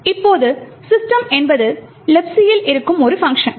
இப்போது system என்பது Libc யில் இருக்கும் ஒரு பங்க்ஷன்